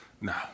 No